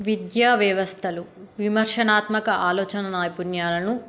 విద్యా వ్యవస్థలు విమర్శనాత్మక ఆలోచనా నైపుణ్యాలను